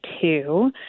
two